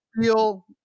feel